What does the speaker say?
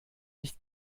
nicht